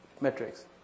metrics